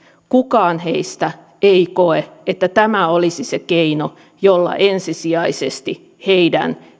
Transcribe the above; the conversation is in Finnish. kukaan heistä ei koe että tämä olisi se keino jolla ensisijaisesti heidän